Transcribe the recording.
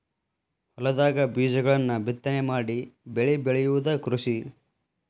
ಹೊಲದಾಗ ಬೇಜಗಳನ್ನ ಬಿತ್ತನೆ ಮಾಡಿ ಬೆಳಿ ಬೆಳಿಯುದ ಕೃಷಿ